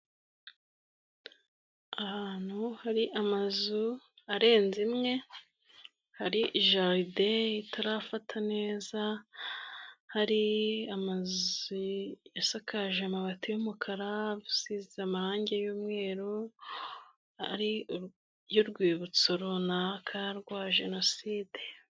Ahantu hari amazu arenze imwe hari jaride itarafata neza, hari isakaje amabati y'umukara isize amarangi y'umweru ari iy'urwibutso runaka rwa jenoside.